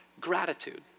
Gratitude